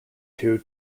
two